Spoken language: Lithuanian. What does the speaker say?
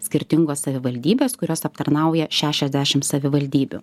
skirtingos savivaldybės kurias aptarnauja šešiasdešim savivaldybių